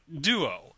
duo